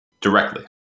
directly